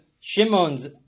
Shimon's